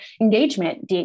engagement